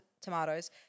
Tomatoes